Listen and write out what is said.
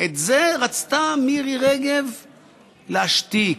את זה רצתה מירי רגב להשתיק,